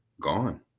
gone